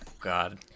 God